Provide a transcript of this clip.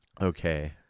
Okay